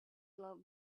love